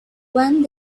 one